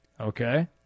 Okay